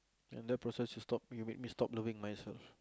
and that person she stop you make me stop loving myself